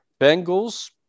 Bengals